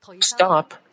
stop